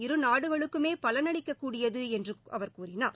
இரு நாடுகளுக்குமே பலனளிக்கக்கூடியது என்றும் அவர் கூறினார்